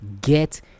Get